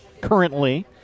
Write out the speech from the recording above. currently